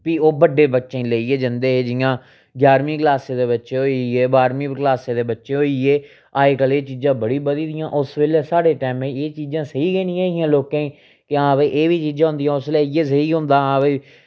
फ्ही ओह् बड्डे बच्चें गी लेइयै जंदे जियां ञारमीं क्लासें दे बच्चे होई गे बाह्रमीं क्लासें दे बच्चे होई गे अज्जकल एह् चीज़ां बड़ी बधी दियां उस बेल्लै साढ़ै टैम एह् चीज़ां सेही गै नेईं ही लोकें गी कि हां भाई एह् बी चीज़ां होंदियां उस बेल्लै इ'यै सेही होंदा हां भाई